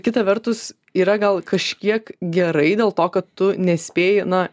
kita vertus yra gal kažkiek gerai dėl to kad tu nespėji na